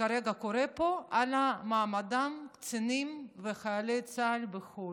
שכרגע קורה פה על מעמדם של קצינים וחיילי צה"ל בחו"ל.